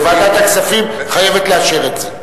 ועדת הכספים חייבת לאשר את זה.